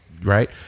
right